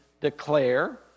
declare